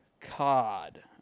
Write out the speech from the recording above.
Cod